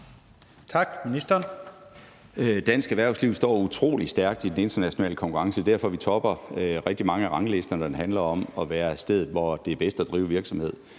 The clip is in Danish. Dansk erhvervsliv står utrolig stærkt i den internationale konkurrence. Det er derfor, vi topper rigtig mange af ranglisterne, når det handler om at være stedet, hvor det er bedst at drive virksomhed.